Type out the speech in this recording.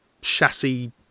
chassis